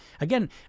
Again